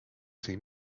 see